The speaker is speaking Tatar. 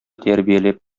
тәрбияләп